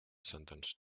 sentenced